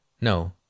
No